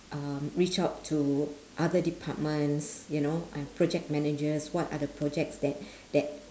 um reach out to other departments you know and project managers what are the projects that that